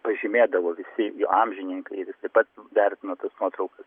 pažymėdavo visi jo amžininkai ir jis taip pat vertino tas nuotraukas